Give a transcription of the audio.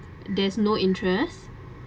there's no interest